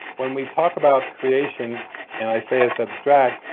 when we talk about creation and i say it's abstract,